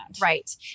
Right